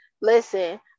Listen